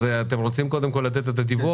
רוצים קודם כל לתת את הדיווח?